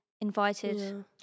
invited